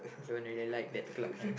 don't really like that club man